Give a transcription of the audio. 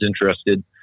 interested